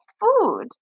food